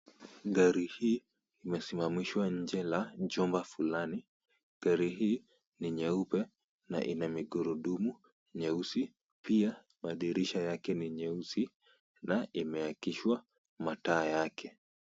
Gari hii imesimamishwa nje ya jumba fulani. Gari hii ni nyeupe na ina magurudumu nyeusi pia madirisha yake ni nyeusi na imewakishwa mataa yake.